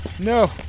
No